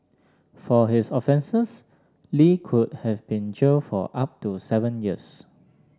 for his offences Li could have been jailed for up to seven years